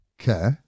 Okay